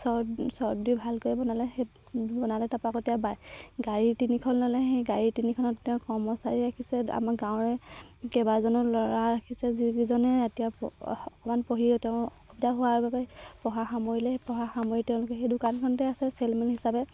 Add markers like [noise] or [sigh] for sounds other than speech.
sort দি ভালকৈ বনালে সেই বনালে তাৰপৰা আকৌ তেতিয়া গাড়ী তিনিখন ল'লে সেই গাড়ী তিনিখনত তেওঁ কৰ্মচাৰী ৰাখিছে আমাৰ গাঁৱৰে কেইবাজনো ল'ৰা ৰাখিছে যিকিজনে এতিয়া [unintelligible] অকণমান পঢ়িয়ে তেওঁৰ অসুবিধা হোৱাৰ বাবে পঢ়া সামৰিলে সেই পঢ়া সামৰি তেওঁলোকে সেই দোকানখনতে আছে চেলমেন হিচাপে